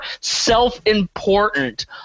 self-important